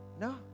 no